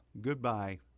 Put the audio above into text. Goodbye